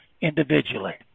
individually